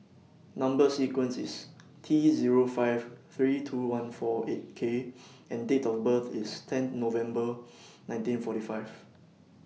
Number sequence IS T Zero five three two one four eight K and Date of birth IS ten November nineteen forty five